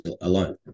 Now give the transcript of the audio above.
alone